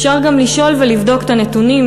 אפשר גם לשאול ולבדוק את הנתונים,